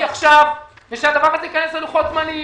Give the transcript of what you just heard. עכשיו ושהדבר הזה ייכנס ללוחות זמנים.